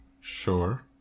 Sure